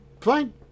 fine